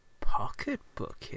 pocketbook